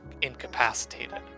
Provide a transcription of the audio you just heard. incapacitated